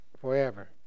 Forever